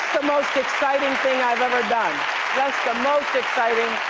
most exciting thing i've ever done, just the most exciting,